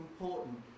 important